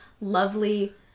lovely